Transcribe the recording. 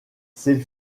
ses